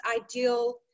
ideal